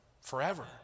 forever